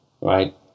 right